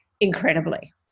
incredibly